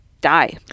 die